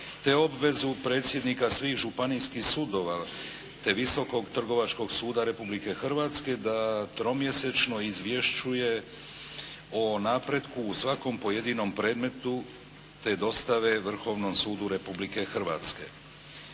te obvezu predsjednika svih županijskih sudova te Visokog trgovačkog suda Republike Hrvatske da tromjesečno izvješćuje o napretku u svakom pojedinom predmetu, te dostave Vrhovnom sudu Republike Hrvatske.